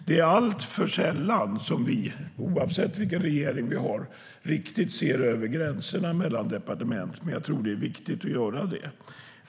Det är alltför sällan som vi, oavsett regering, ser över departementsgränserna, men jag tror att det är viktigt att göra det.